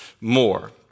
more